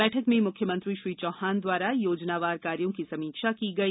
बैठक में मुख्यमंत्री श्री चौहान द्वारा योजनावार कायोँ की समीक्षा की गई